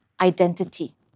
identity